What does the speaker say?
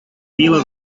vila